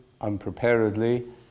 unpreparedly